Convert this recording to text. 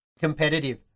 competitive